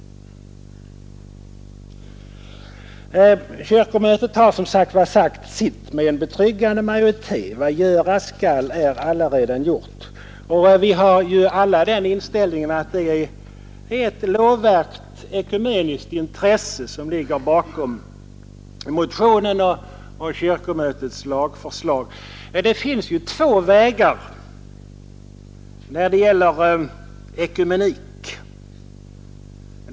Kyrkomötet har alltså sagt sitt med en betryggande majoritet. Vad göras skall är således allaredan gjort. Vi har väl alla den inställningen att det är ett lovvärt ekumeniskt intresse som ligger bakom motionen och det av kyrkomötet antagna lagförslaget. Det finns två vägar när det gäller ekumenik.